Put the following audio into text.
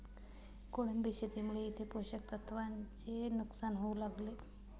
कोळंबी शेतीमुळे तिथे पोषक तत्वांचे नुकसान होऊ लागले